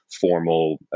formal